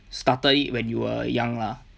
started it when you were young lah